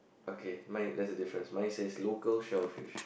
okay mine that's a difference mine says local shellfish